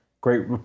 great